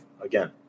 again